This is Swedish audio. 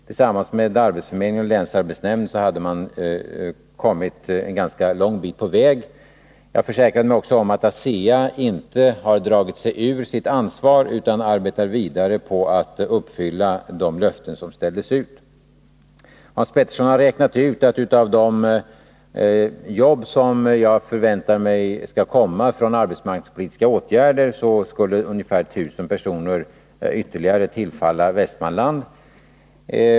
Tillsammans med arbetsförmedlingen och länsarbetsnämnden hade man kommit en ganska lång bit på väg. Jag försäkrade mig också om att ASEA inte har dragit sig undan sitt ansvar, utan arbetar vidare på att uppfylla de löften som ställdes ut. Hans Petersson har räknat ut att beträffande de jobb som jag förväntar mig skall komma till stånd genom arbetsmarknadspolitiska åtgärder skulle arbetstillfällen för ungefär 1 000 personer tillfalla Västmanland.